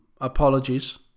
apologies